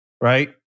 right